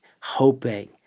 hoping